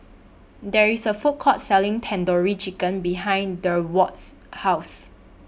There IS A Food Court Selling Tandoori Chicken behind Durward's House